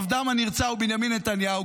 עבדם הנרצע הוא בנימין נתניהו,